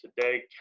today